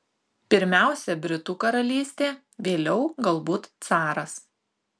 pirmiausia britų karalystė vėliau galbūt caras